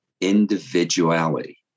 individuality